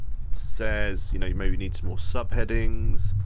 says you know maybe need some more subheadings,